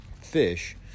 fish